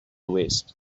west